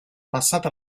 passata